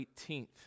18th